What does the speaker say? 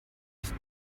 ist